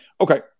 okay